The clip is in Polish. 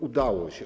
Udało się.